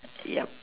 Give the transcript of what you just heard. yup